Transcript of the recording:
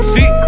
See